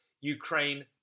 Ukraine